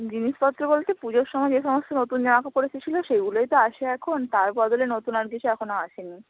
জিনিসপত্র বলতে পুজোর সময় যে সমস্ত নতুন জামা কাপড় এসেছিলো সেগুলোই তো আছে এখন তার বদলে নতুন আর কিছু এখনো আসে নি